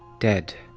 dead.